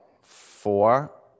Four